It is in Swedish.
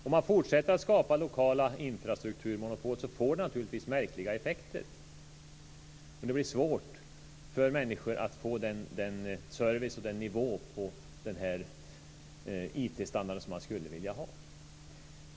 Om man fortsätter att skapa lokala infrastrukturmonopol så får det naturligtvis märkliga effekter. Det blir svårt för människor att få den service och den nivå på IT-standarden som man skulle vilja ha.